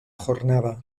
jornada